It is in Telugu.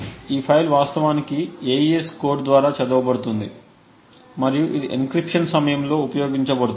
ఈ ఫైల్ వాస్తవానికి AES కోడ్ ద్వారా చదవబడుతుంది మరియు ఇది ఎన్క్రిప్షన్ సమయంలో ఉపయోగించబడుతుంది